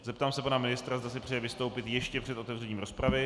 Zeptám se pana ministra, zda si přeje vystoupit ještě před otevřením rozpravy.